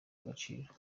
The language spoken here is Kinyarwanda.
agaciro